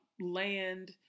land